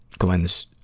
glynn's,